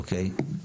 אוקיי?